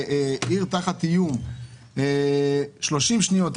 שעיר תחת איום של 30 שניות,